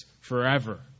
forever